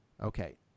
Okay